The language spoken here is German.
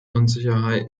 unsicherheit